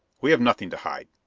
we have nothing to hide.